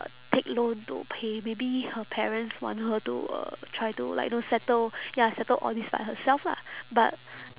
take loan to pay maybe her parents want her to uh try to like you know settle ya settle all this by herself lah but